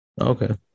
Okay